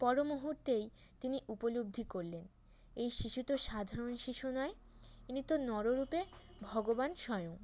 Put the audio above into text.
পর মুহূর্তেই তিনি উপলব্ধি করলেন এই শিশু তো সাধারণ শিশু নয় ইনি তো নর রূপে ভগবান স্বয়ং